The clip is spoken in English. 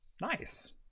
Nice